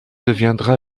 deviendra